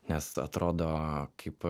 nes atrodo kaip